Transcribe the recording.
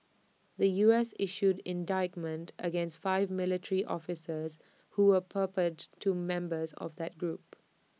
the U S issued indictments against five military officers who were purported to members of that group